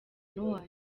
n’uwa